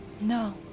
No